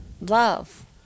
love